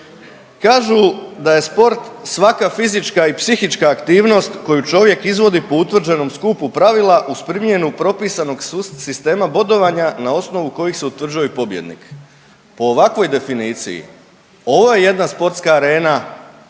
Kažu da je sport svaka fizička i psihička aktivnost koju čovjek izvodi po utvrđenom skupu pravila uz primjenu propisanog sistema bodovanja na osnovu kojih se utvrđuje pobjednik. Po ovakvoj definiciji ovo je jedna sportska arena